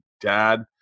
Dad